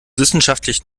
wissenschaftlich